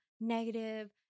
negative